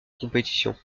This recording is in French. compétition